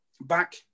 back